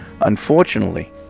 unfortunately